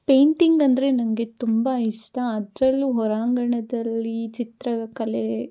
painting ಅಂದರೆ ನನಗೆ ತುಂಬ ಇಷ್ಟ ಅದರಲ್ಲೂ ಹೋರಾಂಗಣದಲ್ಲಿ ಚಿತ್ರಕಲೆ